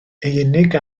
unig